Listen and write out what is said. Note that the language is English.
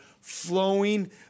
flowing